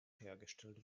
hergestellt